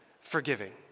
forgiving